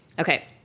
Okay